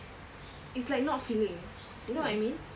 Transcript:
it's like not filling you know what I mean